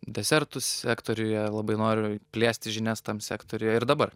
desertų sektoriuje labai noriu plėsti žinias tam sektoriuje ir dabar